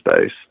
space